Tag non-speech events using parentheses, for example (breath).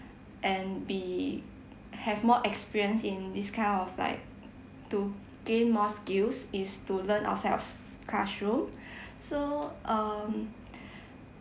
and be have more experience in this kind of like to gain more skills is to learn outsides of classroom so um (breath)